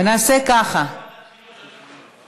ונעשה ככה, ועדת החינוך יותר טוב.